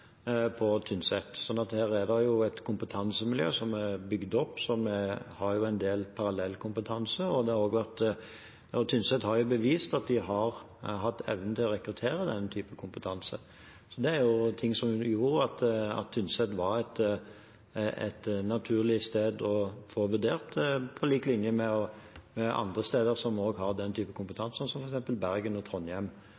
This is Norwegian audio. er det et kompetansemiljø som er bygd opp som har en del parallellkompetanse, og Tynset har jo bevist at de har hatt evnen til å rekruttere denne typen kompetanse. Så det er jo ting som gjorde at Tynset var et naturlig sted å få vurdert, på lik linje med andre steder som også har den